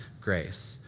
Grace